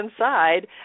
inside